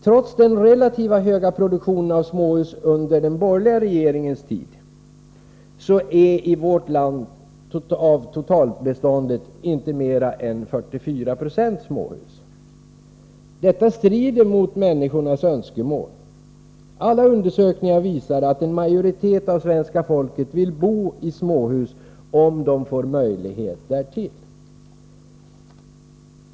Trots den relativt höga produktionen av småhus under den borgerliga regeringstiden är av totalbeståndet i vårt land inte mer än 44 96 småhus. Detta strider mot människornas önskemål. Alla undersökningar visar att en majoritet av svenska folket vill bo i småhus om de får möjlighet därtill.